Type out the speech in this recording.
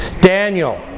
Daniel